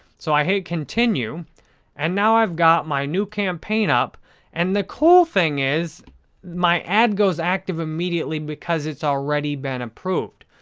so, i hit continue and now i've got my new campaign up and the cool thing is my ad goes active immediately because it's already been approved.